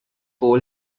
poll